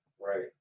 right